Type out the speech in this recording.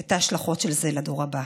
את ההשלכות של זה לדור הבא.